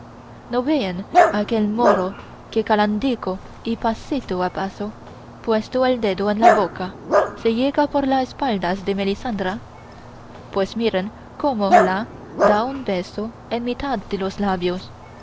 no veen aquel moro que callandico y pasito a paso puesto el dedo en la boca se llega por las espaldas de melisendra pues miren cómo la da un beso en mitad de los labios